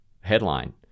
headline